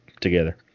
together